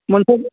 मोनफागोन